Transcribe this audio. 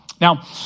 Now